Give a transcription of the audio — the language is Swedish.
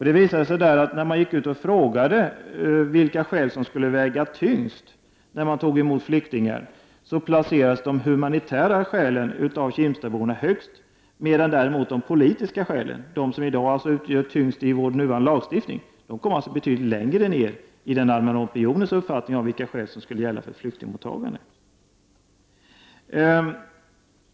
Det visade sig att när man gick ut och frågade vilka skäl som skulle väga tyngst när man tog emot flyktingar, placerades de humanitära skälen av Kimstadborna högst, medan däremot de politiska skälen, de som i vår nuvarande lagstiftning väger tyngst, kom betydligt längre ner i den allmänna opinionens uppfattning om vilka skäl som skulle gälla för flyktingmottagandet.